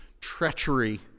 treachery